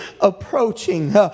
approaching